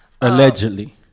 Allegedly